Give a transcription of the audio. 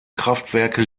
kraftwerke